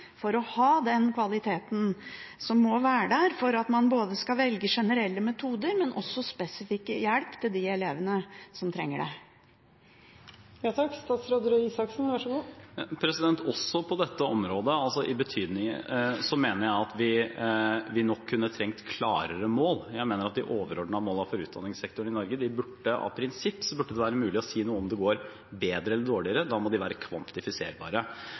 for å ha den kvaliteten som må være der for at man skal velge generelle metoder, men også gi spesifikk hjelp til de elevene som trenger det. Også på dette området mener jeg at vi nok kunne trengt klarere mål. Jeg mener at når det gjelder de overordnede målene for utdanningssektoren i Norge, burde det av prinsipp være mulig å si noe om det går bedre eller dårligere. Da må de være kvantifiserbare.